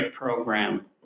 program